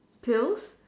pills